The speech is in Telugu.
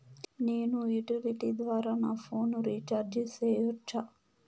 నేను యుటిలిటీ ద్వారా నా ఫోను రీచార్జి సేయొచ్చా?